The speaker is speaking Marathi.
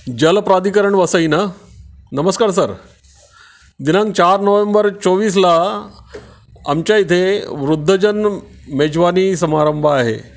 जलप्राधिकरण वसई न नमस्कार सर दिनांक चार नोव्हेंबर चोवीसला आमच्या इथे वृद्धजन मेजवानी समारंभ आहे